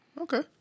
Okay